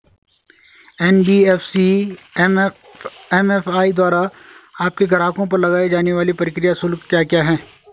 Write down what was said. NBFC MFI द्वारा अपने ग्राहकों पर लगाए जाने वाले प्रक्रिया शुल्क क्या क्या हैं?